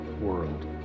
world